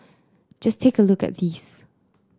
just take a look at these